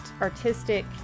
artistic